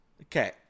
Okay